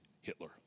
Hitler